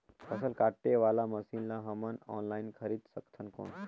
फसल काटे वाला मशीन ला हमन ऑनलाइन खरीद सकथन कौन?